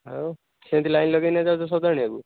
ଆଉ ସେମିତି ଲାଇନ୍ ଲଗେଇକି ଯାଉଛ ସଉଦା ଆଣିବାକୁ